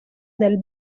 del